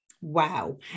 Wow